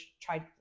tried